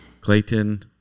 Clayton